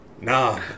nah